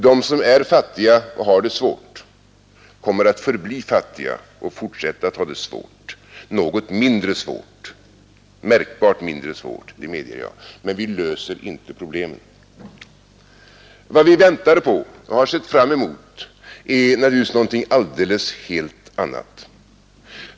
De som är fattiga och har det svårt kommer att förbli fattiga och fortsätta att ha det svårt — mindre svårt, det medger jag — men vi löser inte problemen. Vad vi väntat på och har sett fram emot är naturligtvis någonting helt annat.